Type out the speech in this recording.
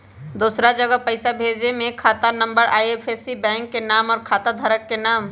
दूसरा जगह पईसा भेजे में खाता नं, आई.एफ.एस.सी, बैंक के नाम, और खाता धारक के नाम?